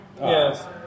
Yes